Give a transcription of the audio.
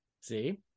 See